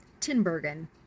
Tinbergen